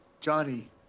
Johnny